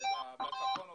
בצפון ובדרום.